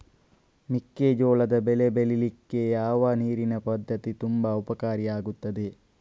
ಮೆಕ್ಕೆಜೋಳದ ಬೆಳೆ ಬೆಳೀಲಿಕ್ಕೆ ಯಾವ ನೀರಿನ ಪದ್ಧತಿ ತುಂಬಾ ಉಪಕಾರಿ ಆಗಿದೆ?